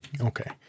Okay